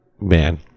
man